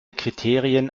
kriterien